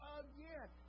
again